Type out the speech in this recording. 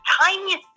tiniest